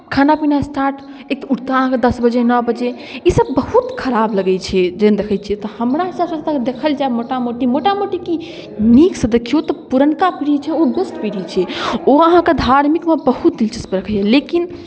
खाना पीना स्टार्ट एक तऽ उठताह अहाँकेँ दस बजे नओ बजे ईसभ बहुत खराब लगैत छै जखन देखैत छियै तऽ हमरा हिसाबसँ देखल जाय मोटा मोटी मोटा मोटी की नीकसँ देखिऔ तऽ पुरनका पीढ़ी छै ओ बेस्ट पीढ़ी छै ओ अहाँकेँ धार्मिकमे बहुत दिलचस्प रखैए लेकिन